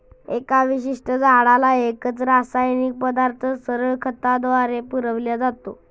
एका विशिष्ट झाडाला एकच रासायनिक पदार्थ सरळ खताद्वारे पुरविला जातो